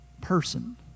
person